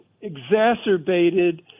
exacerbated